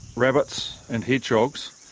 rabbits and hedgehogs,